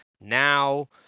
now